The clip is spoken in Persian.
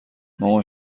مامان